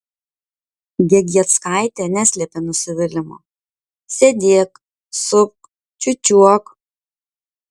gegieckaitė neslėpė nusivylimo sėdėk supk čiūčiuok